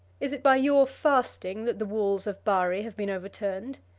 is it by your fasting that the walls of bari have been overturned?